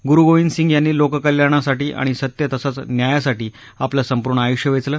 गुरू गोविंद सिंह याती लोककल्याविती आणि सत्य तसंच न्यव्रासिती आपलं संपूर्ण आयुष्य वेचलं